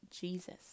Jesus